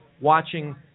watching